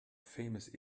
famous